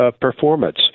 performance